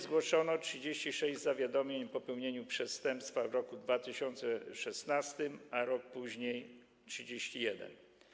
Zgłoszono 36 zawiadomień o popełnieniu przestępstwa w roku 2016, a rok później - 31.